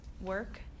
work